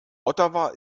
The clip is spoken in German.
ottawa